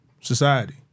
society